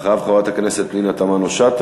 ואחריו, חברת הכנסת פנינה תמנו-שטה.